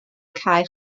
cae